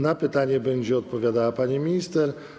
Na pytanie będzie odpowiadała pani minister.